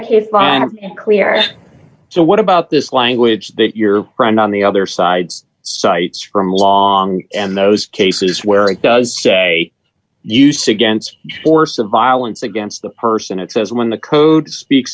case is clear so what about this language that your friend on the other sides cites from long and those cases where it does say use against force of violence against the person it says when the code speaks